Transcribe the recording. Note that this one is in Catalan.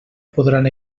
podran